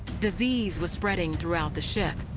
disease was spreading throughout the ship,